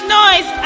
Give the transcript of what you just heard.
noise